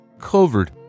covered